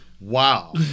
Wow